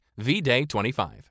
VDay25